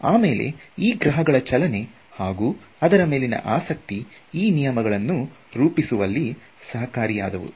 ಆಮೇಲೆ ಈ ಗ್ರಹಗಳ ಚಲನೆ ಹಾಗೂ ಅದರ ಮೇಲಿನ ಆಸಕ್ತಿ ಈ ನಿಯಮಗಳನ್ನು ರೂಪಿಸುವಲ್ಲಿ ಸಹಕಾರಿಯಾಯಿತು